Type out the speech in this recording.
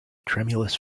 tremulous